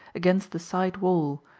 against the side wall,